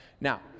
Now